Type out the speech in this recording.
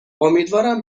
امیدوارم